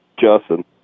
Justin